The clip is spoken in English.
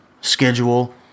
schedule